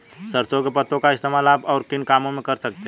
सरसों के पत्तों का इस्तेमाल आप और किन कामों में कर सकते हो?